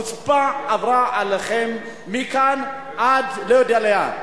החוצפה עברה עליכם מכאן ועד לא יודע לאן.